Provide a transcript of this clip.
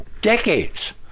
decades